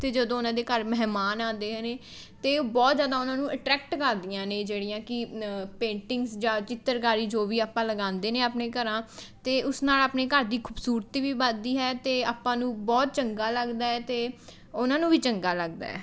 ਅਤੇ ਜਦੋਂ ਉਹਨਾਂ ਦੇ ਘਰ ਮਹਿਮਾਨ ਆਉਂਦੇ ਹ ਨੇ ਅਤੇ ਉਹ ਬਹੁਤ ਜ਼ਿਆਦਾ ਉਹਨਾਂ ਨੂੰ ਅਟਰੈਕਟ ਕਰਦੀਆਂ ਨੇ ਜਿਹੜੀਆਂ ਕਿ ਪੇਂਟਿੰਗਸ ਜਾਂ ਚਿੱਤਰਕਾਰੀ ਜੋ ਵੀ ਆਪਾਂ ਲਗਾਉਂਦੇ ਨੇ ਆਪਣੇ ਘਰਾਂ 'ਤੇ ਉਸ ਨਾਲ਼ ਆਪਣੇ ਘਰ ਦੀ ਖੂਬਸੂਰਤੀ ਵੀ ਵੱਧਦੀ ਹੈ ਅਤੇ ਆਪਾਂ ਨੂੰ ਬਹੁਤ ਚੰਗਾ ਲੱਗਦਾ ਹੈ ਅਤੇ ਉਹਨਾਂ ਨੂੰ ਵੀ ਚੰਗਾ ਲੱਗਦਾ ਹੈ